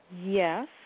Yes